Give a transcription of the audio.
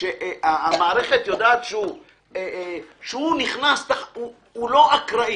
שהמערכת יודעת שהוא לא אקראי,